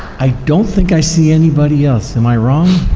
i don't think i see anybody else, am i wrong?